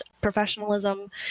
Professionalism